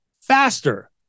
faster